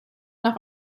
nach